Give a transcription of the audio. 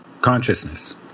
consciousness